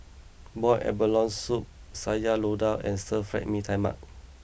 Boiled Abalone Soup Sayur Lodeh and Stir Fry Mee Tai Mak